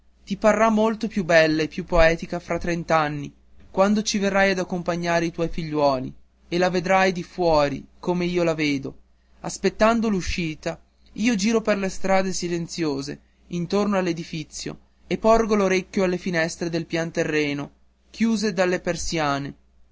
ti parrà molto più bella e più poetica fra trent'anni quando ci verrai a accompagnare i tuoi figliuoli e la vedrai di fuori come io la vedo aspettando l'uscita io giro per le strade silenziose intorno all'edifizio e porgo l'orecchio alle finestre del pian terreno chiuse dalle persiane